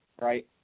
right